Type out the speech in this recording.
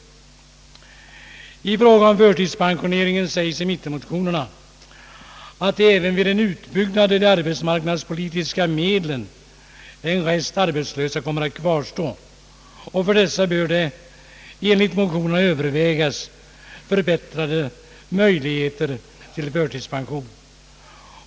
I fråga om förtidspensioneringen sägs i mittenmotionerna att även vid en utbyggnad av de arbetsmarknadspolitiska medlen en rest arbetslösa kommer att kvarstå. För dessa bör det enligt motionerna övervägas förbättrade möjligheter till förtidspension.